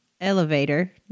elevator